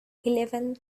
eleven